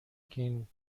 گین